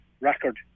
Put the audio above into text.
Record